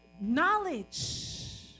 knowledge